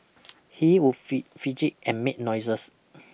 he would fee fidget and make noises